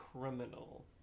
criminal